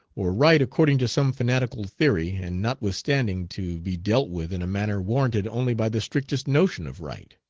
or right according to some fanatical theory, and notwithstanding to be dealt with in a manner warranted only by the strictest notion of right.